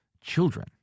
children